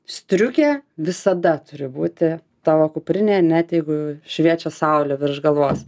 striukė visada turi būti tavo kuprinėj net jeigu šviečia saulė virš galvos